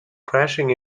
crashing